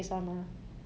!wah!